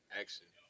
action